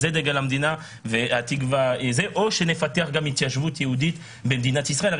או שלפתח התיישבות יהודית בארץ ישראל זו בעיה,